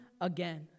again